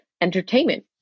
entertainment